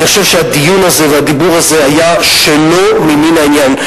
אני חושב שהדיון הזה והדיבור הזה היה שלא ממין העניין.